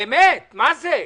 באמת, מה זה?